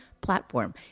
platform